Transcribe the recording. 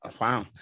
Wow